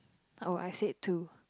oh I said two